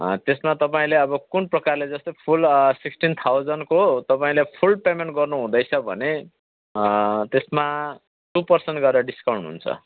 त्यसमा तपाईँले अब कुन प्रकारले जस्तै फुल सिक्सटिन थाउज्यान्डको तपाईँले फुल पेमेन्ट गर्नुहुँदैछ भने त्यसमा टु पर्सेन्ट गरेर डिस्काउन्ट हुन्छ